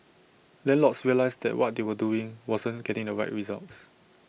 landlords realised that what they were doing wasn't getting the right results